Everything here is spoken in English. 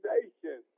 Nation